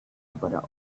kepada